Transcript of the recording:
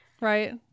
Right